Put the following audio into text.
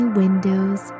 windows